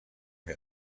him